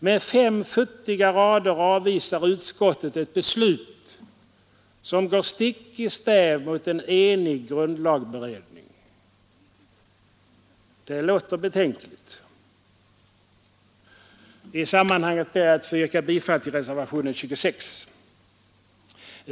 Med fem futtiga rader förordar utskottet ett beslut som går stick i täv mot en enig grundlagberedning. Det låter betänkligt. I sammanhanget ber jag att få yrka bifall till reservationen 26.